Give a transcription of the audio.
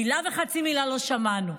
מילה וחצי מילה לא שמענו.